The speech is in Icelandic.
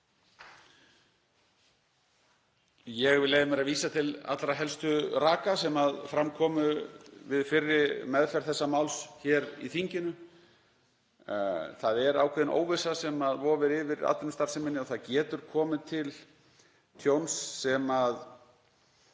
Ég vil leyfa mér að vísa til allra helstu raka sem fram komu við fyrri meðferð þessa máls hér í þinginu. Það er ákveðin óvissa sem vofir yfir atvinnustarfseminni og það getur komið til tjóns sem við